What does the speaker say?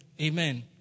Amen